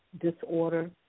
disorder